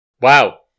Wow